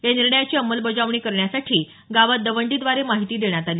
या निर्णयाची अंमलबजावणी करण्यासाठी गावात दवंडीद्वारे माहिती देण्यात आली